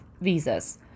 visas